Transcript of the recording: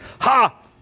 ha